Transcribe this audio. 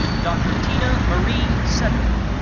dr. tina marie setter.